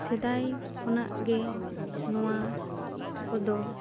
ᱥᱮᱫᱟᱭ ᱠᱷᱚᱱᱟᱜ ᱜᱮ ᱱᱚᱣᱟ ᱠᱚᱫᱚ